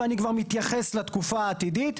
ואני כבר מתייחס לתקופה העתידית,